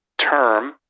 term